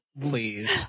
Please